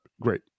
great